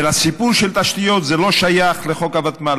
ולסיפור של תשתיות, זה לא שייך לחוק הוותמ"ל.